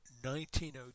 1902